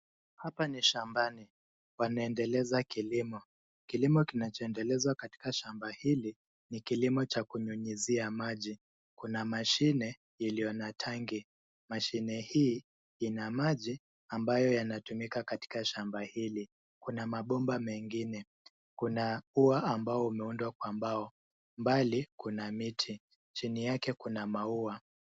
Hapa ni shambani, pana endeleza kilimo. Kilimo kinachoendelezwa katika shamba hili ni kilimo cha kunyunyuzia maji. Kuna mashine iliyo na tangi. Mashine hii ina maji ambayo yanatumika katika shamba hili. Kuna mabomba mengine. Kuna ua ambao umeundwa kwa mbao. Mbali kuna miti, chini yake kuna maua.